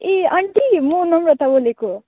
ए aunty म नम्रता बोलेको